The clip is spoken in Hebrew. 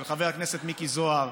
ולחבר הכנסת מיקי זוהר,